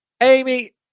Amy